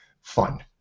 fun